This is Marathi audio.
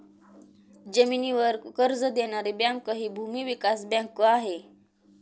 जमिनीवर कर्ज देणारी बँक हि भूमी विकास बँक आहे